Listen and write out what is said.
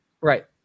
Right